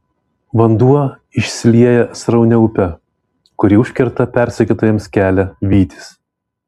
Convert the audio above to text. vanduo išsilieja sraunia upe kuri užkerta persekiotojams kelią vytis